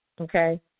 Okay